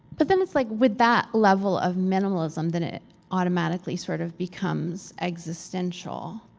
but then it's like with that level of minimalism then it automatically sort of becomes existential,